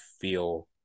feel